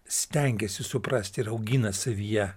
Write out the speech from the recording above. stengiasi suprasti ir augina savyje